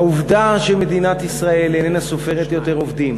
העובדה שמדינת ישראל איננה סופרת יותר עובדים,